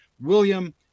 William